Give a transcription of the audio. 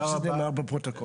טוב שזה נאמר בפרוטוקול.